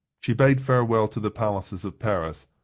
she bade farewell to the palaces of paris,